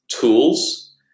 tools